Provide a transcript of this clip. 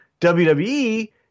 WWE